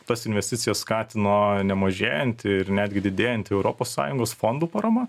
tas investicijos skatino nemažėjanti ir netgi didėjant europos sąjungos fondų parama